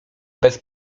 bez